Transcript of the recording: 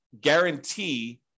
guarantee